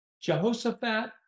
Jehoshaphat